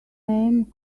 name